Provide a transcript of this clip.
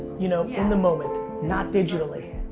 you know, in the moment. not digitally.